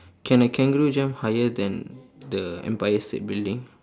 can a kangaroo jump higher than the empire state building